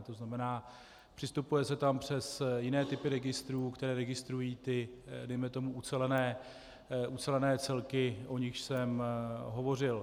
To znamená, přistupuje se tam přes jiné typy registrů, které registrují ty dejme tomu ucelené celky, o nichž jsem hovořil.